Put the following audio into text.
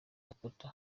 dakota